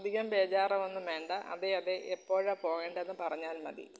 അധികം ബേജാറാവൊന്നും വേണ്ട അതെയതെ എപ്പോഴാണ് പോകേണ്ടതെന്ന് പറഞ്ഞാൽ മതി